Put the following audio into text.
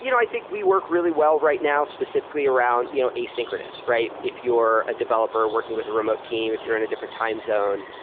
you know i think we work really well right now specifically around you know asynchronous, right? if you're a developer working with a remote team, if you're in a different time zone,